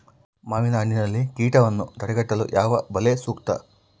ಮಾವಿನಹಣ್ಣಿನಲ್ಲಿ ಕೇಟವನ್ನು ತಡೆಗಟ್ಟಲು ಯಾವ ಬಲೆ ಸೂಕ್ತ?